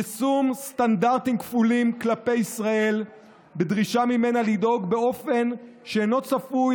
יישום סטנדרטים כפולים כלפי ישראל בדרישה ממנה לדאוג באופן שאינו צפוי,